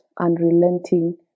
unrelenting